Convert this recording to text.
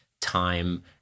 time